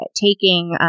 taking